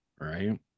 right